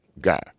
guy